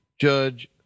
judge